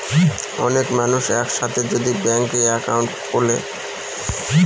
অনেক মানুষ এক সাথে যদি ব্যাংকে একাউন্ট খুলে